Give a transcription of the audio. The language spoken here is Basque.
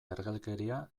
ergelkeria